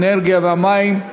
האנרגיה והמים,